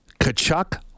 Kachuk